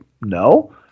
no